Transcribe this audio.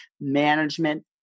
management